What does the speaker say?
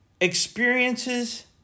Experiences